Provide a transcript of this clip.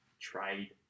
trade